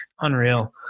Unreal